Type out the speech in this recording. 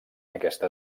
aquesta